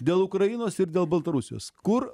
dėl ukrainos ir dėl baltarusijos kur